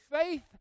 faith